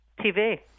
TV